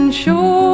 sure